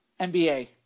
NBA